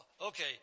Okay